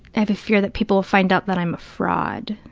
i have a fear that people will find out that i'm a fraud,